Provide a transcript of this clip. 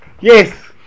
Yes